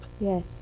yes